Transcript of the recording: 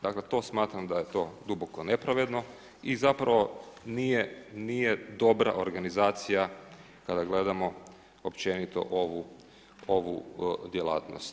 Dakle to smatram da je to duboko nepravedno i zapravo nije dobra organizacija kada gledamo općenito ovu djelatnost.